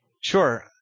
Sure